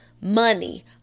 Money